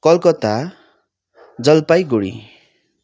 Calcutta Jalpaiguri